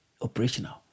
operational